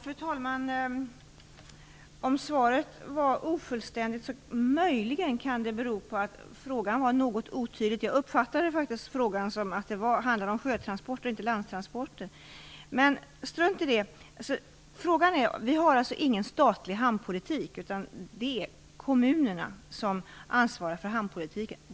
Fru talman! Om svaret var ofullständigt kan det möjligen bero på att frågan var något otydlig. Jag uppfattade faktiskt frågan så att det handlade om sjötransporter, inte om landstransporter - men strunt i det! Vi har alltså ingen statlig hamnpolitik, utan det är kommunerna som ansvarar för hamnpolitiken.